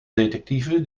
detective